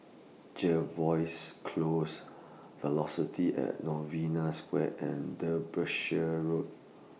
Jervois Close Velocity At Novena Square and Derbyshire Road